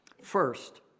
First